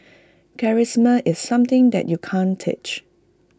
charisma is something that you can't teach